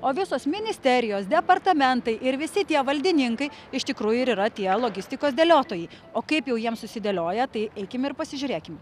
o visos ministerijos departamentai ir visi tie valdininkai iš tikrųjų yra tie logistikos dėliotojai o kaip jau jiems susidėlioja tai eikim ir pasižiūrėkim